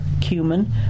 cumin